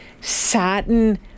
satin